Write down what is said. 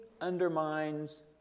undermines